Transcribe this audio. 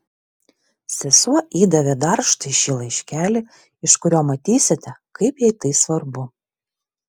sesuo įdavė dar štai šį laiškelį iš kurio matysite kaip jai tai svarbu